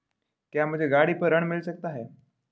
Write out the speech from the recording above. क्या मुझे गाड़ी पर ऋण मिल सकता है?